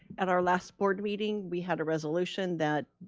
at our last board meeting, we had a resolution that